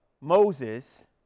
Moses